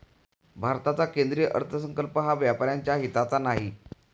भारताचा केंद्रीय अर्थसंकल्प हा व्यापाऱ्यांच्या हिताचा नाही